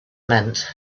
meant